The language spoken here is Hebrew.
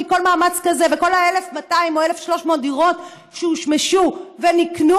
כי כל מאמץ כזה וכל ה-1,200 או 1,300 דירות שהושמשו ונקנו